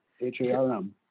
h-a-r-m